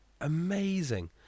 Amazing